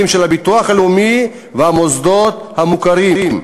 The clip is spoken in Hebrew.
של הביטוח הלאומי והמוסדות המוכרים.